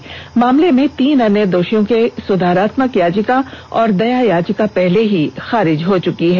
इस मामले में तीन अन्य दोषियों की सुधारात्मक याचिका और दाया याचिका पहले ही खारिज हो चुकी है